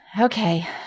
Okay